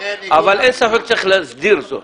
אבל אין ספק שצריך להסדיר זאת.